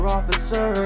Officer